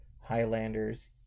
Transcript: Highlanders